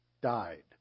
died